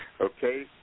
Okay